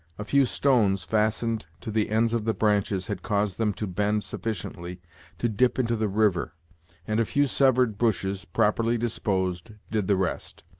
a few stones fastened to the ends of the branches had caused them to bend sufficiently to dip into the river and a few severed bushes, properly disposed, did the rest.